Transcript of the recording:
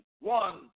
one